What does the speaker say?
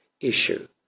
issue